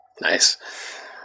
Nice